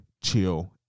chill